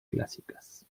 clásicas